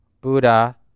Buddha